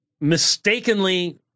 mistakenly